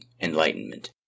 enlightenment